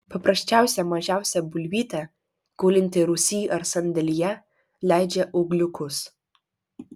paprasčiausia mažiausia bulvytė gulinti rūsy ar sandėlyje leidžia ūgliukus